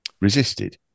resisted